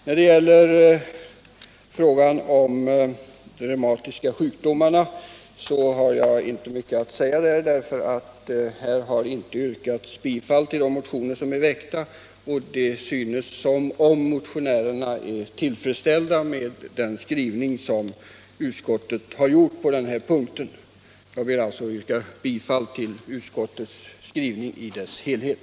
När det gäller frågan om de reumatiska sjukdomarna har jag inte mycket att säga därför att här har det inte yrkats bifall till de motioner som är väckta. Och det synes som om motionärerna är tillfredsställda med den skrivning som utskottet har gjort på den här punkten. Jag ber alltså att få yrka bifall till utskottets hemställan i dess helhet.